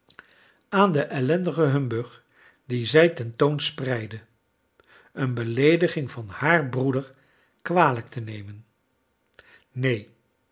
aan den ellendigen humbug dien zij ten toon spreidden een beleediging van haar broeder kwalijk te nemen